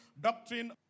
doctrine